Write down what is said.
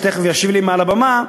שתכף ישיב לי מעל הבמה,